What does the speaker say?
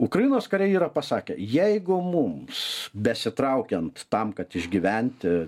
ukrainos kariai yra pasakę jeigu mums besitraukiant tam kad išgyventi